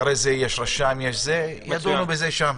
אחרי זה יש רשם - ידונו בזה שם.